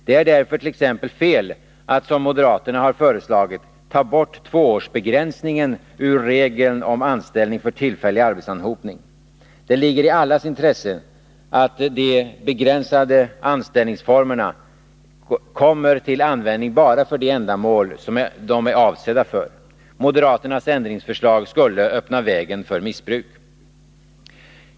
Det är därför t.ex. fel att, som moderaterna har föreslagit, ta bort tvåårsbegränsningen ur regeln om anställning för tillfällig arbetsanhopning. Det ligger i allas intresse att de begränsade anställningsformerna kommer till användning bara för de ändamål som de är avsedda för. Moderaternas ändringsförslag skulle öppna vägen för missbruk.